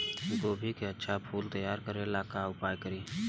गोभी के अच्छा फूल तैयार करे ला का उपाय करी?